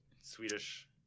Swedish